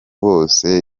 bose